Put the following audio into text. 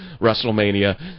WrestleMania